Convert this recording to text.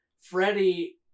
Freddie